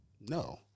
No